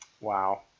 Wow